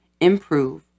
improve